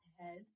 head